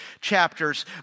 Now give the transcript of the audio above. chapters